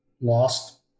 lost